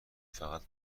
فقط